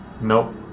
Nope